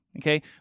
okay